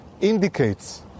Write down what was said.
indicates